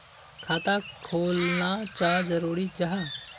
खाता खोलना चाँ जरुरी जाहा?